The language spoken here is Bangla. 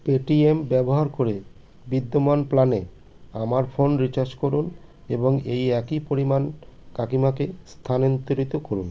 পেটিএম ব্যবহার করে বিদ্যমান প্ল্যানে আমার ফোন রিচার্জ করুন এবং এই একই পরিমাণ কাকিমাকে স্থানান্তরিত করুন